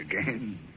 again